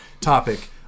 topic